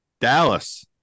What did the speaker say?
Dallas